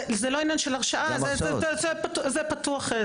זה פתוח.